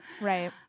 Right